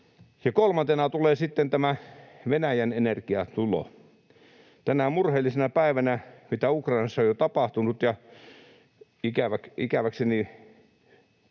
sitten tämä Venäjän energian tulo. Tänä murheellisena päivänä, mitä Ukrainassa on jo tapahtunut — ikäväkseni